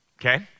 okay